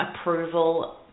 approval